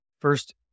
First